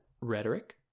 rhetoric